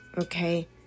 Okay